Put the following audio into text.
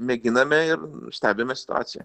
mėginame ir stebime situaciją